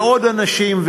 ועוד אנשים,